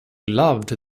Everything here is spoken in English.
loved